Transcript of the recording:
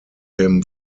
him